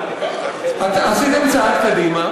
עשיתם צעד קדימה,